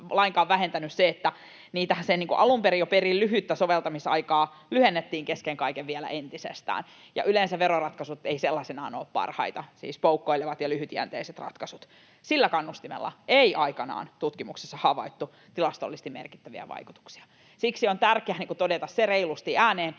lainkaan vähentänyt se, että sen jo alun perin perin lyhyttä soveltamisaikaa lyhennettiin kesken kaiken vielä entisestään, ja yleensä veroratkaisut eivät sellaisina ole parhaita, siis poukkoilevat ja lyhytjänteiset ratkaisut. Sillä kannustimella ei aikanaan tutkimuksissa havaittu tilastollisesti merkittäviä vaikutuksia. Siksi on tärkeää todeta se reilusti ääneen